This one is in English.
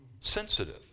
sensitive